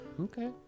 Okay